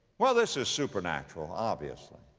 well this is supernatural, obviously.